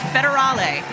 Federale